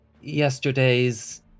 yesterday's